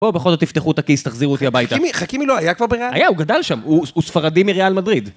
בואו, בכל זאת תפתחו את הכיס, תחזירו אותי הביתה. חכימי לא, היה כבר בריאל? היה, הוא גדל שם. הוא ספרדי מריאל מדריד.